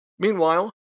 Meanwhile